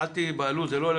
ואני קורא